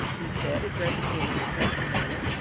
he said, addressing me in an impressive manner,